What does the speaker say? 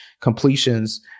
completions